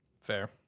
Fair